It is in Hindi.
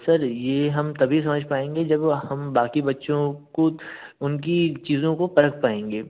सर ये हम तभी समझ पाएँगे जब हम बाक़ी बच्चों को उनकी चीज़ों को परख पाएँगे